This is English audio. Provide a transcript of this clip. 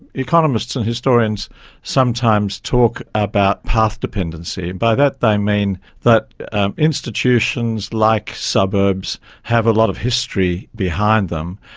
economists and historians sometimes talk about path dependency, and by that they mean that institutions like suburbs have a lot of history behind them,